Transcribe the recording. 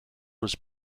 was